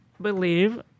believe